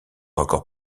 encore